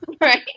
Right